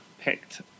picked